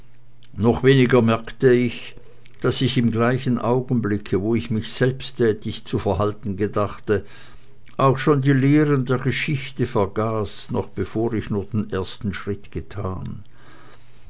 noch weniger merkte ich daß ich im gleichen augenblicke wo ich mich selbsttätig zu verhalten gedachte auch schon die lehren der geschichte vergaß noch bevor ich nur den ersten schritt getan